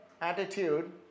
attitude